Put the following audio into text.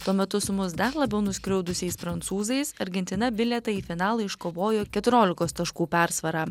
tuo metu su mus dar labiau nuskriaudusiais prancūzais argentina bilietą į finalą iškovojo keturiolikos taškų persvarą